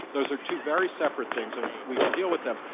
those are two very separate things, and we can deal with them.